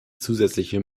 zusätzliche